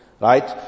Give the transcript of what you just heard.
right